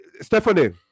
Stephanie